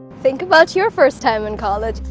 think about your first time in college.